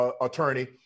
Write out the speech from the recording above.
attorney